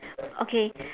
okay